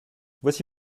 voici